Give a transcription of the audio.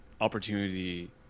opportunity